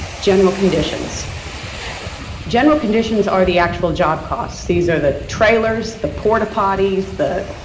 general conditions general conditions are the actual job costs. these are the trailers, the porta potties, the,